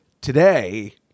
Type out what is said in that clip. today